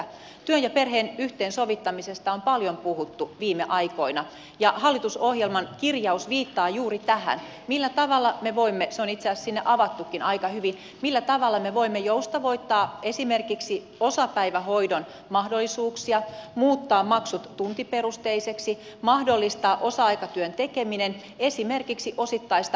työn ja perheen yhteensovittamisesta on paljon puhuttu viime aikoina ja hallitusohjelman kirjaus viittaa juuri tähän millä tavalla me voimme se on itse asiassa sinne avattukin aika hyvin joustavoittaa esimerkiksi osapäivähoidon mahdollisuuksia muuttaa maksut tuntiperusteisiksi mahdollistaa osa aikatyön tekeminen esimerkiksi osittaista hoitorahajärjestelmää kehittämällä